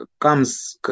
comes